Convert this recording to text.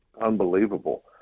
unbelievable